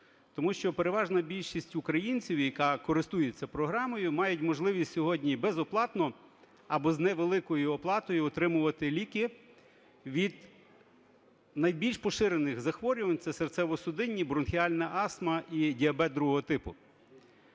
тому що переважна більшість українців, яка користується програмою, мають можливість сьогодні безоплатно або з невеликою оплатою отримувати ліки від найбільш поширених захворювань – це серцево-судинні, бронхіальна астма і діабет ІІ типу.